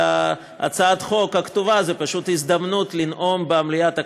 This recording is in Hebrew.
אלא הצעת החוק הכתובה זאת הזדמנות לנאום במליאת הכנסת,